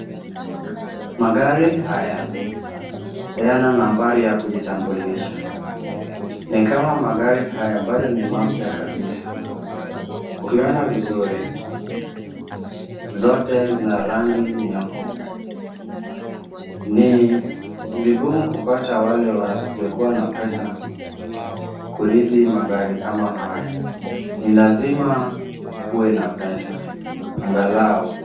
Magari haya hayana nambari ya kujitambulisha. Ni kama magari haya bado ni mapya kabisa. Ukiona vizuri, zote zina rangi nyeupe. Ni vigumu kupata wale wasiokuwa na pesa, kurithi magari kama haya. Ni lazima uwe na pesa angalau.